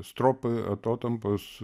stropai atotampos